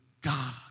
God